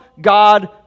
God